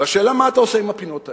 והשאלה מה אתה עושה עם הפינות האלה.